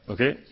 Okay